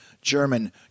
German